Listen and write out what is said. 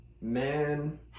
Man